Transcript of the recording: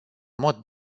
mod